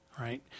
Right